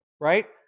right